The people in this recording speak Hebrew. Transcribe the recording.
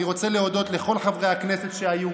אני רוצה להודות לכל חברי הכנסת שהיו,